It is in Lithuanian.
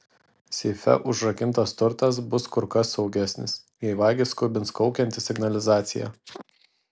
seife užrakintas turtas bus kur kas saugesnis jei vagį skubins kaukianti signalizacija